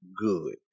good